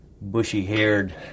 bushy-haired